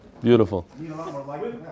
Beautiful